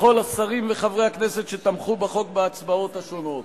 לכל השרים וחברי הכנסת אשר תמכו בחוק בהצבעות השונות.